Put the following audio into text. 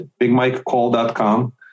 bigmikecall.com